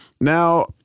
now